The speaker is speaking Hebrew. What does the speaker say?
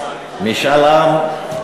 משאל עם.